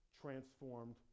transformed